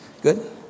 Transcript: Good